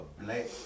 black